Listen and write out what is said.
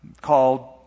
called